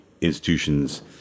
institutions